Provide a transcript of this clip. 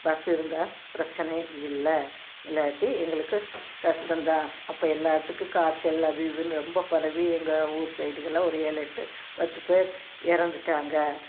bus இருந்தால் பிரச்சனை இல்லை இல்லாட்டி எங்களுக்கு கஷ்டந்தான் அப்போ எல்லாத்துக்கும் காய்ச்சல் அது இதுன்னு ரொம்ப பரவி எங்கள் ஊர் சைடுகள்லாம் ஒரு ஏழு எட்டு பத்து பேர் இறந்துட்டாங்க